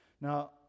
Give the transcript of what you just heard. Now